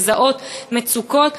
לזהות מצוקות.